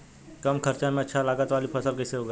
कम खर्चा में अच्छा लागत वाली फसल कैसे उगाई?